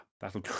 That'll